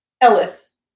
ellis